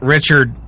Richard